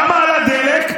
כמה עלה דלק?